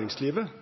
eneste